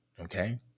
okay